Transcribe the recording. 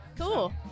cool